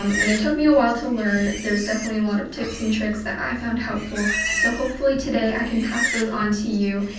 um and it took me a while to learn. there's definitely a lot of tips and tricks that i found helpful, so hopefully today i can pass those on to you,